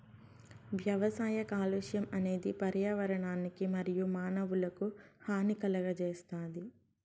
వ్యవసాయ కాలుష్యం అనేది పర్యావరణానికి మరియు మానవులకు హాని కలుగజేస్తాది